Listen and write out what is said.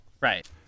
Right